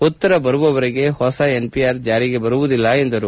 ಉತ್ತರ ಬರುವವರೆಗೆ ಹೊಸ ಎನ್ಪಿಆರ್ ಜಾರಿಗೆ ಬರುವುದಿಲ್ಲ ಎಂದರು